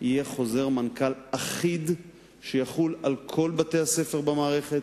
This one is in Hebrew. יהיה חוזר מנכ"ל אחיד שיחול על כל בתי-הספר במערכת,